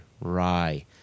rye